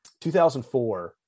2004